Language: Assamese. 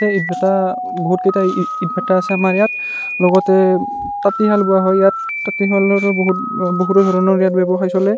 ইটভাটাৰ বহুতকেইটা ইটভাটাৰ আছে আমাৰ ইয়াত লগতে তাঁতীশাল বোৱা হয় ইয়াত তাঁতীশালৰো বহুত বহুতো ধৰণৰ ইয়াত ব্য়ৱসায় চলে